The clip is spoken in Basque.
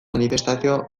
manifestazio